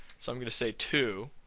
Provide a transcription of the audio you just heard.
so, i'm going to say two